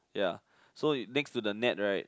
ya so it next to the net right